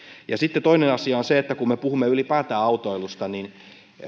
toinen asia on se kun me puhumme ylipäätään autoilusta että